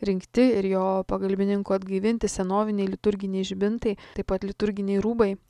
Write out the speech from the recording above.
rinkti ir jo pagalbininkų atgaivinti senoviniai liturginiai žibintai taip pat liturginiai rūbai